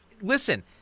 Listen